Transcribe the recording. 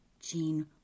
Gene